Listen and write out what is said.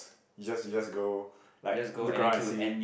you just you just go like look around and see